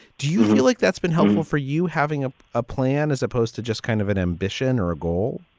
do you feel like that's been helpful for you having ah a plan as opposed to just kind of an ambition or a goal?